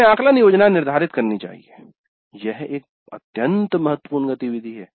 हमें आकलन योजना निर्धारित करनी चाहिए यह एक अत्यंत महत्वपूर्ण गतिविधि है